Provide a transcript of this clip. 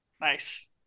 nice